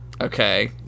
Okay